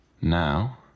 now